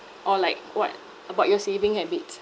or like what about your saving habits